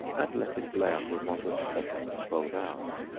and let it lay under a moderate pressure for twelve hours,